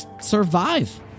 survive